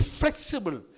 flexible